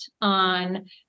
on